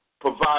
provide